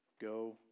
Go